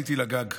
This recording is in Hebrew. עליתי לגג,